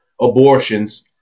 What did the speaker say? abortions